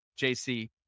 JC